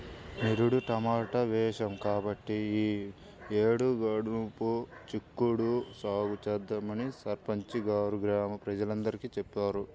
నిరుడు టమాటా వేశాం కాబట్టి ఈ యేడు గనుపు చిక్కుడు సాగు చేద్దామని సర్పంచి గారు గ్రామ ప్రజలందరికీ చెప్పారు